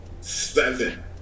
seven